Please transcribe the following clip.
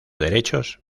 derechos